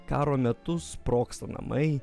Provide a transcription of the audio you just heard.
karo metu sprogsta namai